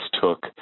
took